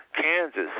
Kansas